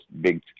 big